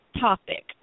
topic